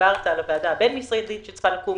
ודיברת על הוועדה הבין-משרדית שצריכה לקום,